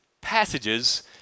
passages